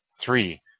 Three